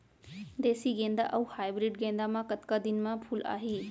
देसी गेंदा अऊ हाइब्रिड गेंदा म कतका दिन म फूल आही?